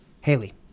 Haley